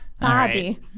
Bobby